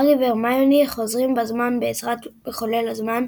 הארי והרמיוני חוזרים בזמן בעזרת מחולל זמן,